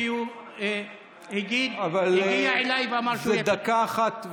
כי הוא הגיע אליי ואמר שהוא --- אבל זה דקה אחת,